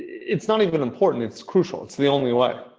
it's not even important. it's crucial. it's the only way.